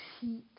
heat